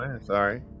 Sorry